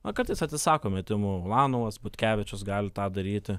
na kartais atsisako metimų ulanovas butkevičius gali tą daryti